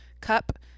cup